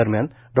दरम्यान डॉ